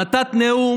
נתת נאום